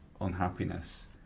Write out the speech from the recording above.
Unhappiness